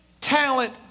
talent